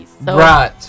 Right